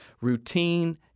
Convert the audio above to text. routine